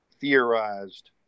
theorized